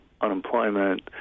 unemployment